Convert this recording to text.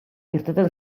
irteten